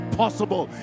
possible